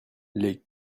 les